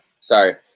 sorry